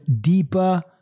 deeper